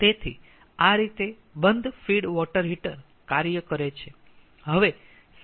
તેથી આ રીતે બંધ ફીડ વોટર હીટર કાર્ય કરે છે